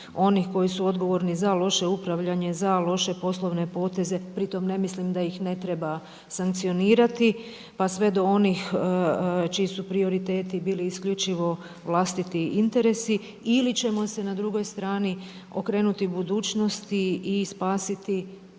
onih koji su odgovorni za loše upravljanje za loše poslovne poteze. Pri tom ne mislim da ih ne treba sankcionirati pa sve do onih čiji su prioriteti bili isključivo vlastiti interesi ili ćemo se na drugoj strani okrenuti budućnosti i spasiti